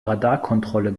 radarkontrolle